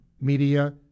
media